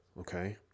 Okay